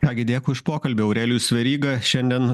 ką gi dėkui už pokalbį aurelijus veryga šiandien